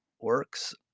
works